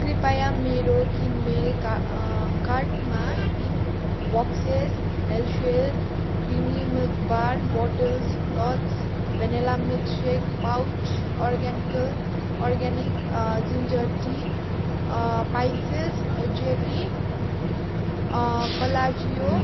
कृपया मेरो किनमेलका कार्टमा तिन बक्सेस हेल्सियस क्रिमी मिल्कबार बोटल्स क्लथ्स vanilla milkshake pouch organical organic ginger tea pieces जेपी पलाजियो